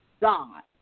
God